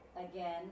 again